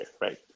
right